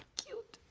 cute.